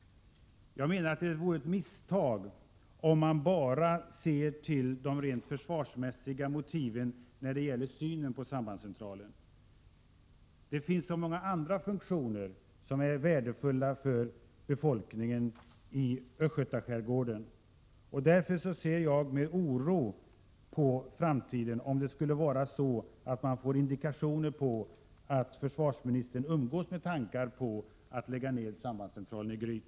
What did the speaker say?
Jag menar att det vore ett misstag om man bara ser till de rent försvarsmässiga motiven när det gäller sambandscentralen. Det finns så många andra funktioner som är värdefulla för befolkningen i Östgötaskärgården. Därför ser jag med oro på framtiden, om man får indikationer på att försvarsministern umgås med tankar på att lägga ned sambandscentralen i Gryt.